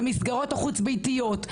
במסגרות החוץ ביתיות,